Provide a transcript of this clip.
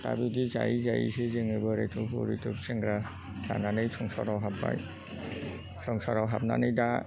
दा बिदि जायै जायैसो जोङो बोरायदब बुरिदब सेंग्रा थानानै संसारआव हाबबाय संसारआव हाबनानै दा